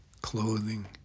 clothing